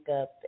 up